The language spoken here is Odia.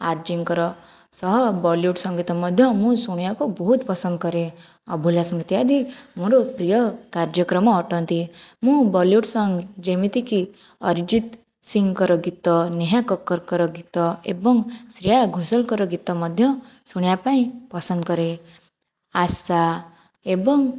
ଆର୍ଯ୍ୟଙ୍କର ସହ ବଲିଉଡ଼୍ ସଙ୍ଗୀତ ମଧ୍ୟ ମୁଁ ଶୁଣିବାକୁ ବହୁତ୍ ପସନ୍ଦ୍ କରେ ଅଭୁଲା ସ୍ମୃତି ଆଦି ମୋର ପ୍ରିୟ କାର୍ଯ୍ୟକ୍ରମ ଅଟନ୍ତି ମୁଁ ବଲିଉଡ଼୍ ସଙ୍ଗ୍ ଯେମିତିକି ଅରିଜିତ୍ ସିଂଙ୍କର ଗୀତ ନେହା କକ୍କରଙ୍କର ଗୀତ ଏବଂ ଶ୍ରିୟା ଘୋଷାଲଙ୍କର ଗୀତ ମଧ୍ୟ ଶୁଣିବାପାଇଁ ପସନ୍ଦ୍ କରେ ଆଶା ଏବଂ